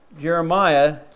Jeremiah